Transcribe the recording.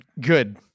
Good